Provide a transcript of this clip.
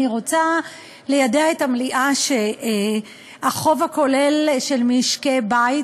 אני רוצה ליידע את המליאה שהחוב הכולל של משקי-בית,